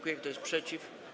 Kto jest przeciw?